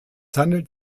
handelt